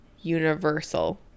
universal